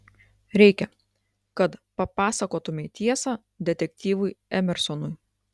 reikia kad papasakotumei tiesą detektyvui emersonui